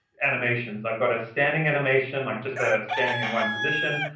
animations. i've got a standing animation, like just ah standing in one position.